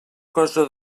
cosa